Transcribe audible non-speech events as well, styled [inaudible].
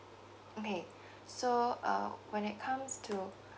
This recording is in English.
okay [breath] so uh when it comes to